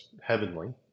heavenly